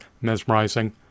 mesmerizing